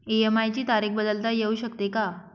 EMI ची तारीख बदलता येऊ शकते का?